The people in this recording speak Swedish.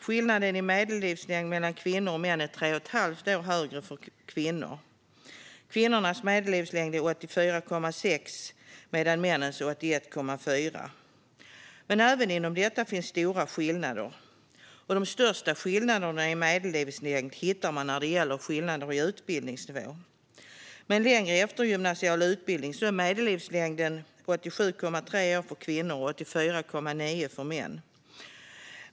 Skillnaden i medellivslängd mellan kvinnor och män är 3,2 år högre för kvinnor. Kvinnornas medellivslängd är 84,6 medan männens är 81,4. Men även inom detta finns det stora skillnader, och de största skillnaderna i medellivslängd hittar man när det gäller skillnader i utbildningsnivå. Med en längre eftergymnasial utbildning är medellivslängden 87,3 år för kvinnor och 84,9 för män.